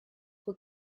who